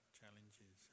challenges